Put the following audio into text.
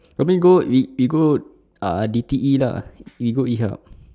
coming go if we go uh D T E lah we go E Hub